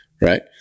right